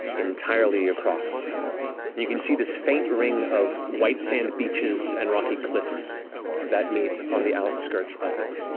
entirely across, and you can see this faint ring of white sand beaches and rocky cliffs that meet on the outskirts of it.